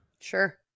sure